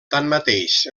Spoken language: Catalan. tanmateix